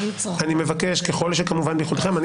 ככל שכמובן ביכולתכם,